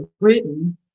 written